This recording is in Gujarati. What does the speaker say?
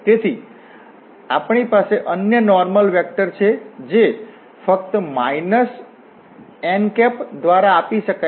તેથી અમારી પાસે અન્ય નોર્મલ વેક્ટર છે જે ફક્ત n દ્વારા આપી શકાય છે